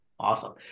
Awesome